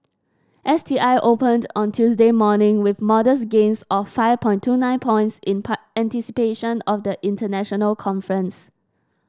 S T I opened on Tuesday morning with modest gains of five point two nine points in part anticipation of the international conference